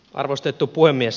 arvostettu puhemies